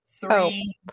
Three